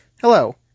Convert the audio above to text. Hello